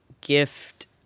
gift